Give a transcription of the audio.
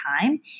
time